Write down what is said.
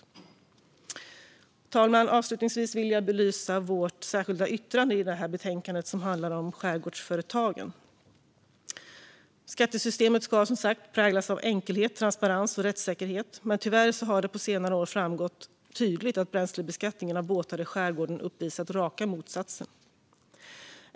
Fru talman! Avslutningsvis vill jag belysa vårt särskilda yttrande om skärgårdsföretagen i betänkandet. Skattesystemet ska, som sagt, präglas av enkelhet, transparens och rättssäkerhet. Men tyvärr har det på senare år tydligt framgått att bränslebeskattningen av båtar i skärgården uppvisat raka motsatsen.